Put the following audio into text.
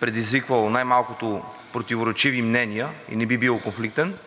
предизвиквал най-малкото противоречиви мнения и не би бил конфликтен,